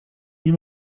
nie